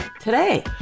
today